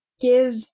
give